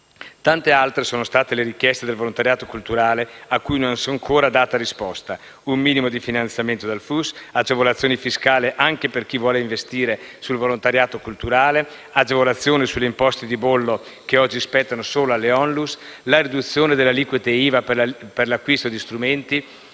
Tante altre sono state le richieste del volontariato culturale a cui non si è data ancora risposta: un minimo di finanziamento dal FUS, agevolazioni fiscali anche per chi vuole investire sul volontariato culturale, agevolazioni sulle imposte di bollo che oggi spettano solo alle ONLUS, la riduzione delle aliquote IVA per l'acquisto di strumenti,